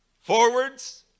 Forwards